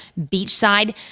beachside